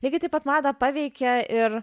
lygiai taip pat madą paveikė ir